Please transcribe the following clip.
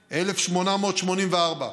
1,884,